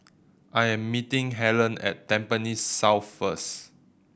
I am meeting Hellen at Tampines South first